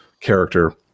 character